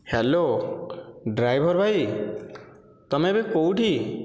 hello driver ଭାଈ ତୁମେ ଏବେ କେଉଁଠି